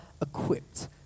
equipped